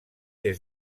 des